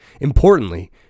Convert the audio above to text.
Importantly